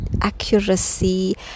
accuracy